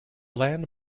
land